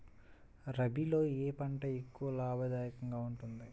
రబీలో ఏ పంట ఎక్కువ లాభదాయకంగా ఉంటుంది?